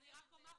אני רק אומר,